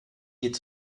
geht